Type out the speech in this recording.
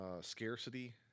scarcity